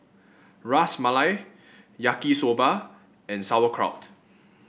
Ras Malai Yaki Soba and Sauerkraut